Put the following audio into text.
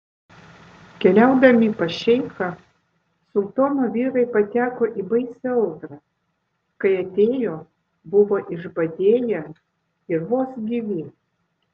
keliaudami pas šeichą sultono vyrai pateko į baisią audrą kai atėjo buvo išbadėję ir vos gyvi